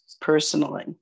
personally